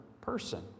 person